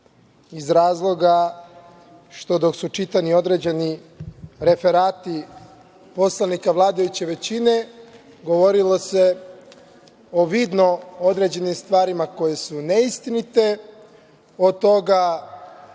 iz razloga što dok su čitani određeni referati poslanika vladajuće većine, govorilo se o vidno određenim stvarima koje su neistinite, od toga